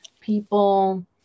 people